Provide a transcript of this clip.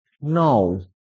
No